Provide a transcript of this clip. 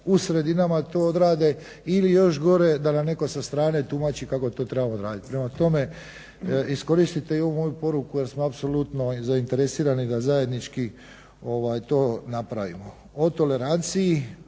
u sredinama to odrade ili još gore da nam netko sa strane tumači kako to trebamo odraditi. Prema tome iskoristite i ovu moju poruku jer smo apsolutno zainteresirani da zajednički to napravimo. O toleranciji,